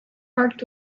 marked